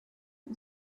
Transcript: the